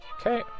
Okay